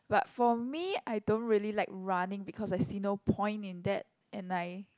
but for me I don't really like running because I see no point in that and I